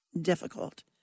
difficult